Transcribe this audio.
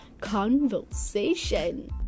conversation